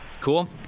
Cool